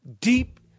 deep